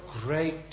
great